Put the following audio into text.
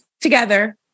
together